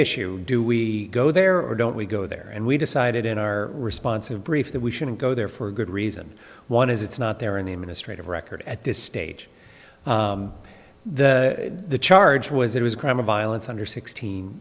issue do we go there or don't we go there and we decided in our responsive brief that we shouldn't go there for a good reason one is it's not there in the administrative record at this stage the charge was it was a crime of violence under sixteen